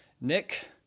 Nick